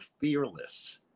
fearless